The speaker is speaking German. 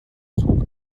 zog